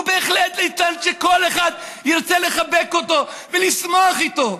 הוא בהחלט ליצן שכל אחד ירצה לחבק ולשמוח איתו.